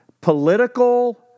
political